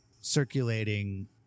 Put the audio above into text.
circulating